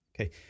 Okay